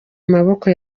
maboko